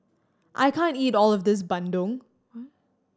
I can't eat all of this bandung